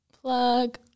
plug